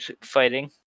fighting